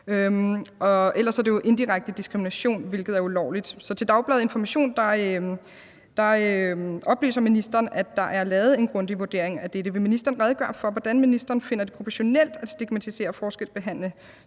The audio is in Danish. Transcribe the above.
ellers er det jo indirekte diskrimination, hvilket er ulovligt. Til Dagbladet Information oplyser ministeren, at der er lavet en grundig vurdering af dette. Vil ministeren redegøre for, hvordan ministeren finder det proportionelt at stigmatisere og forskelsbehandle